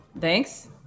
thanks